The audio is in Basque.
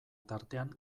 tartean